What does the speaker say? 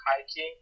hiking